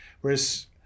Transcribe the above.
whereas